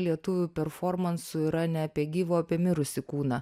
lietuvių performansų yra ne apie gyvą o apie mirusį kūną